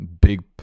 Big